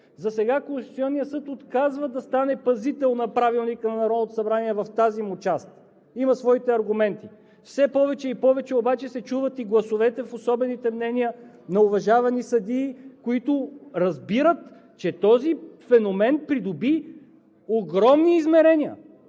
Засега Конституционният съд отказва да стане пазител на Правилника на Народното събрание в тази му част – има своите аргументи. Все повече и повече обаче се чуват и гласове в особените мнения на уважавани съдии, които разбират, че този феномен придоби огромни измерения